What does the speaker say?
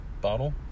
bottle